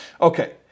Okay